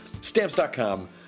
Stamps.com